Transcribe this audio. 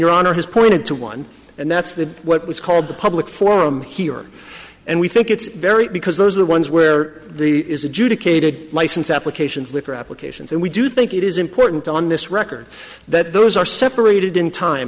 your honor has pointed to one and that's the what was called the public forum here and we think it's very because those are the ones where the is adjudicated license applications liquor applications and we do think it is important on this record that those are separated in time